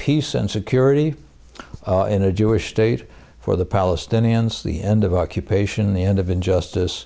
peace and security in a jewish state for the palestinians the end of occupation the end of injustice